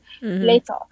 later